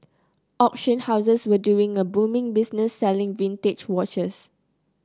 auction houses were doing a booming business selling vintage watches